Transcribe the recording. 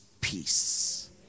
peace